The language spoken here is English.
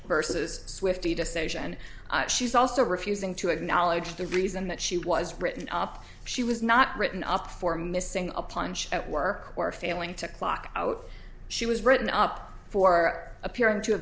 vs swifty decision and she's also refusing to acknowledge the reason that she was written up she was not written up for missing a punch at work or failing to clock out she was written up for appearing to have